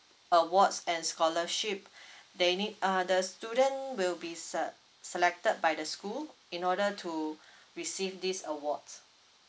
awards and scholarship they need uh the student will be se~ selected by the school in order to receive these awards